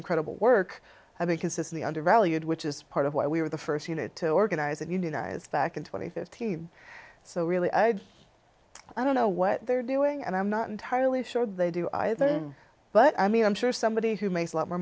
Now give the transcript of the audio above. incredible work and they consistently undervalued which is part of why we were the first unit to organize and unionize facon twenty fifteen so really i don't know what they're doing and i'm not entirely sure they do either but i mean i'm sure somebody who makes a lot more